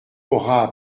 aura